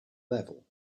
level